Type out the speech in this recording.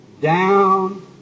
Down